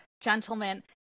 gentlemen